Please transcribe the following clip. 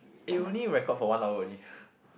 it only record for one hour only